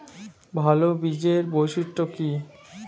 ভাল বীজের বৈশিষ্ট্য কী?